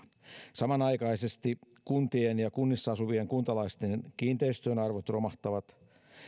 samanaikaisesti kuntien ja kunnissa asuvien kuntalaisten kiinteistöjen arvot romahtavat